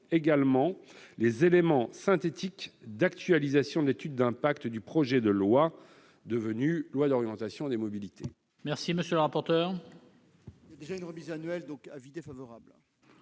également les éléments synthétiques d'actualisation de l'étude d'impact du projet de loi devenu loi d'orientation des mobilités.